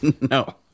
No